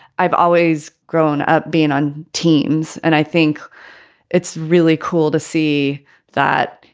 i've always grown up being on teams, and i think it's really cool to see that,